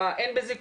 אין בזה כלום,